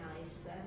nice